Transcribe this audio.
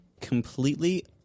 completely